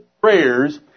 prayers